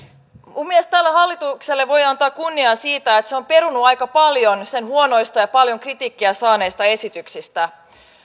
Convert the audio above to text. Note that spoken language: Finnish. minun mielestäni tälle hallitukselle voi antaa kunnian siitä että se on perunut aika paljon sen huonoja ja paljon kritiikkiä saaneita